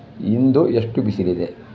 ಇಂದು ಎಷ್ಟು ಬಿಸಿಲಿದೆ